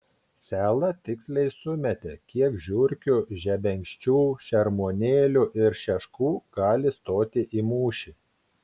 sela tiksliai sumetė kiek žiurkių žebenkščių šermuonėlių ir šeškų gali stoti į mūšį